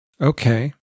Okay